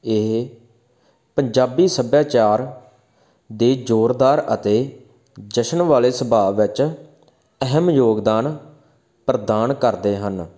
ਇਹ ਪੰਜਾਬੀ ਸੱਭਿਆਚਾਰ ਦੇ ਜ਼ੋਰਦਾਰ ਅਤੇ ਜਸ਼ਨ ਵਾਲੇ ਸੁਭਾਅ ਵਿੱਚ ਅਹਿਮ ਯੋਗਦਾਨ ਪ੍ਰਦਾਨ ਕਰਦੇ ਹਨ